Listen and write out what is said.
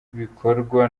bikorwa